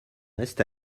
reste